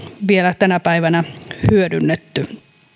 vielä tänä päivänä hyödynnetty